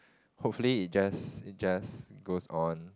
hopefully it just it just goes on